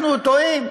אנחנו תוהים,